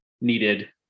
needed